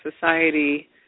society